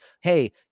hey